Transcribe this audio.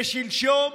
ושלשום,